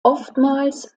oftmals